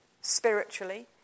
spiritually